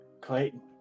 Clayton